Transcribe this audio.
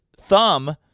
thumb